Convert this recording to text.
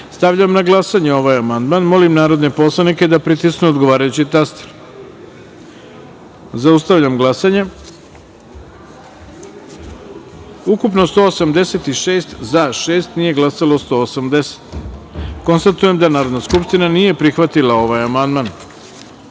na glasanje ovaj amandman. Molim narodne poslanike da pritisnu odgovarajući taster. Zaustavljam glasanje: ukupno – 186, za – sedam, nije glasalo 179.Konstatujem da Narodna skupština nije prihvatila ovaj amandman. Na